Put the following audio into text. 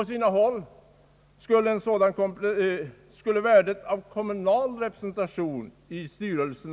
Vidare förbiser man ofta värdet av kommunal representation i styrelsen.